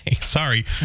Sorry